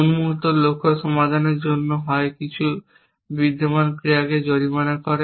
উন্মুক্ত লক্ষ্য সমাধানের জন্য হয় কিছু বিদ্যমান ক্রিয়াকে জরিমানা করে